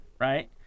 right